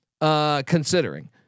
Considering